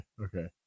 Okay